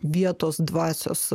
vietos dvasios